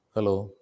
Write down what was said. Hello